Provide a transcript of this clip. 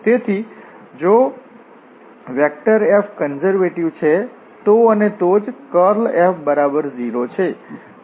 તેથી જો F conservative છે તો અને ફક્ત તોજ કર્લ F 0 આ સમાન શરત છે